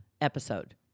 episode